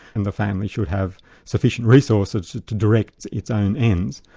and the family should have sufficient resources to direct its own ends.